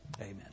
Amen